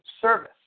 service